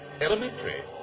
Elementary